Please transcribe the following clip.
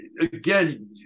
again